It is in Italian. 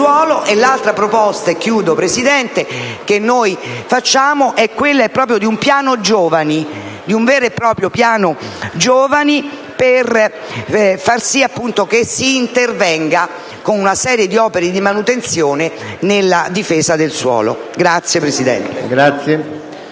l'altra proposta che facciamo è quella di un piano giovani, per far sì che si intervenga con una serie di opere di manutenzione nella difesa del suolo. *(Applausi della